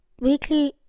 weekly